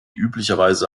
üblicherweise